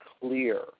clear